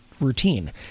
routine